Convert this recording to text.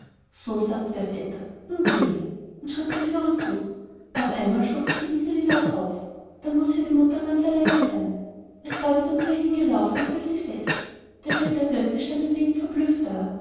so sagte der vetter nun gehen wir und schritt der tür zu auf einmal schluchzte wiseli laut auf dann muß ja die mutter ganz allein sein es war wieder zu ihr hingelaufen und hielt sie fest der vetter götti stand ein wenig verblüfft da